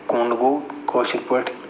کوٚنٛڈ گوٚو کٲشٕر پٲٹھۍ